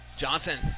Johnson